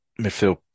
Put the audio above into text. midfield